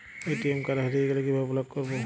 ATM card হারিয়ে গেলে কিভাবে ব্লক করবো?